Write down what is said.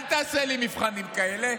אל תעשה לי מבחנים כאלה.